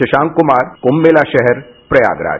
शशांक कुमार कुंभ मेला शहर प्रयागराज